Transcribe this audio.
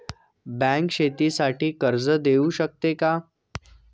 Bank शेतीसाठी कर्ज देऊ शकते का?